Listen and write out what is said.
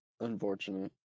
Unfortunate